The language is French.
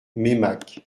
meymac